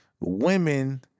Women